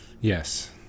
Yes